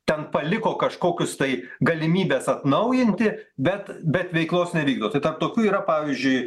ten paliko kažkokius tai galimybes atnaujinti bet bet veiklos nevykdo tai tarp tokių yra pavyzdžiui